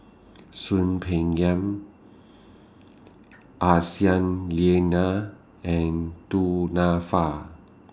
Soon Peng Yam Aisyah Lyana and Du Nanfa